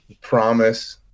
promise